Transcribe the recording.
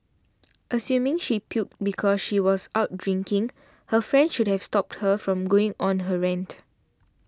assuming she puked because she was out drinking her friend should have stopped her from going on her rant